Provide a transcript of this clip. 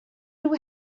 nhw